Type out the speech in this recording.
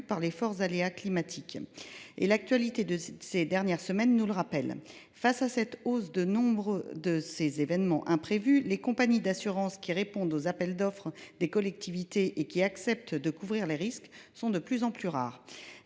par les forts aléas climatiques, comme nous le rappelle l’actualité de ces dernières semaines. Face à cette hausse du nombre d’événements imprévus, les compagnies d’assurances qui répondent aux appels d’offres des collectivités et qui acceptent de couvrir les risques se font de plus en plus rares.